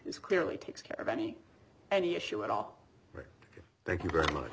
is clearly takes care of any any issue at all thank you very much